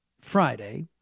Friday